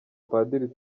padiri